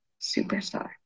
superstar